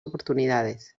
oportunidades